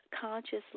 consciously